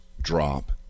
drop